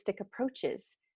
approaches